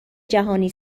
جهانی